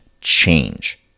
change